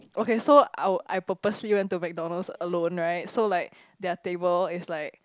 okay so I will I purposely went to McDonalds alone right so like their table is like